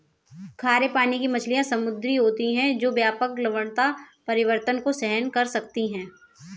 खारे पानी की मछलियाँ समुद्री होती हैं जो व्यापक लवणता परिवर्तन को सहन कर सकती हैं